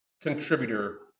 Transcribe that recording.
contributor